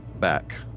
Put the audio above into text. back